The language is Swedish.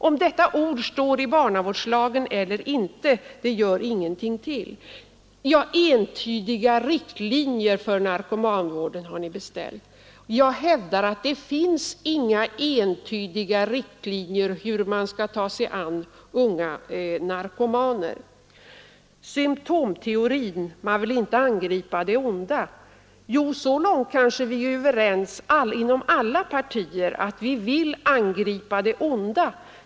Om detta ord står i barnavårdslagen eller inte gör ingenting till eller från. Entydiga riktlinjer för narkomanvården har ni beställt. Jag hävdar att det inte finns några entydiga riktlinjer för hur man skall ta sig an unga narkomaner. Symtomteorin innebär att man inte vill angripa det onda. Så långt kan vi vara överens inom alla partier, att vi vill angripa det onda.